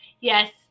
Yes